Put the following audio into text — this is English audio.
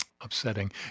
upsetting